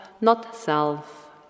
not-self